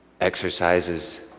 Exercises